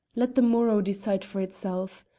let the morrow decide for itself.